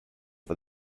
for